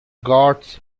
gods